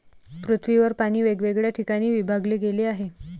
पृथ्वीवर पाणी वेगवेगळ्या ठिकाणी विभागले गेले आहे